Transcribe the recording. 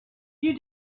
you